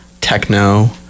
techno